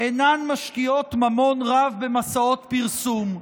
אינן משקיעות ממון רב במסעות פרסום,